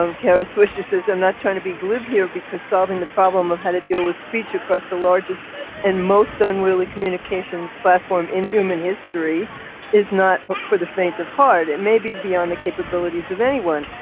um kara swisher says i'm not trying to be glib here because solving the problem of how to deal with speech across the largest and most unruly communication platform in human history is not but for the faint of heart. it may be beyond the capabilities of anyone.